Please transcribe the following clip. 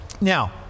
Now